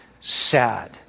sad